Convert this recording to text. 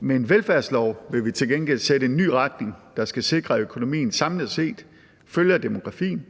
Med en velfærdslov vil vi til gengæld sætte en ny retning, der skal sikre, at økonomien samlet set følger demografien.